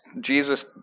Jesus